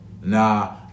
Nah